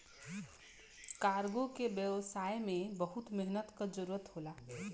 cargo के व्यवसाय में बहुत मेहनत क जरुरत होला